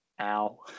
Ow